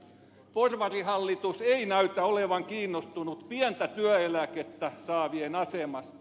porvarihallitus ei näytä olevan kiinnostunut pientä työeläkettä saavien asemasta